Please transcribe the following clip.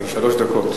אדוני היושב-ראש,